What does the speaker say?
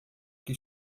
que